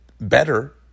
better